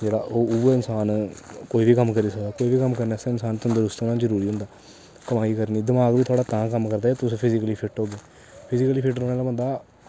जेह्ड़ा उ'ऐ इंसान कोई बी कम्म करी सकदा कोई बी कम्म करने आस्तै इंसान तंदरुस्त होना जरूरी होंदा कमाई करनी दमाक बी थुआढ़ा तां गै कम्म करदा तुस फिजीकली फिट्ट होगो फिजीकली फिट रौह्ने आह्ला बंदा